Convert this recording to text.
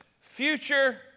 future